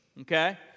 okay